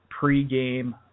pregame